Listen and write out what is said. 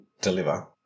deliver